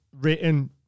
written